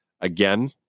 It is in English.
again